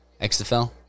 XFL